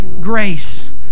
grace